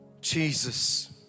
Jesus